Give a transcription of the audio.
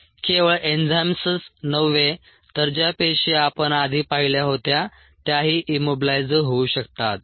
केवळ एन्झाइम्सच नव्हे तर ज्या पेशी आपण आधी पाहिल्या होत्या त्याही इम्मोबिलायइझ होऊ शकतात